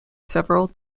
several